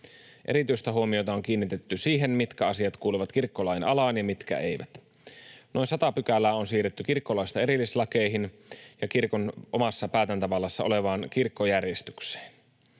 Erityistä huomiota on kiinnitetty siihen, mitkä asiat kuuluvat kirkkolain alaan ja mitkä eivät. Noin sata pykälää on siirretty kirkkolaista erillislakeihin ja kirkon omassa päätäntävallassa olevaan kirkkojärjestykseen.